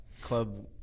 club